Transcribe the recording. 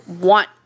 want